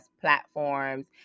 platforms